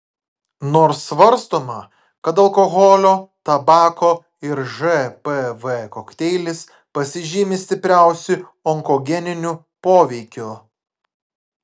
nors svarstoma kad alkoholio tabako ir žpv kokteilis pasižymi stipriausiu onkogeniniu poveikiu